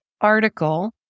article